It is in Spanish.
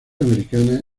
americana